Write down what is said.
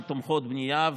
שתומכות בנייה.